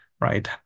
right